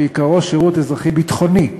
שעיקרו שירות אזרחי-ביטחוני,